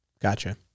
Gotcha